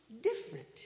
different